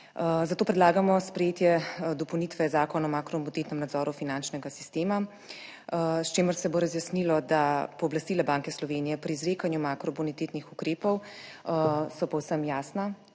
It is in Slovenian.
Zato predlagamo sprejetje dopolnitve Zakona o makrobonitetnem nadzoru finančnega sistema, s čimer se bo razjasnilo, da pooblastila Banke Slovenije pri izrekanju makrobonitetnih ukrepov so povsem jasna